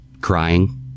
crying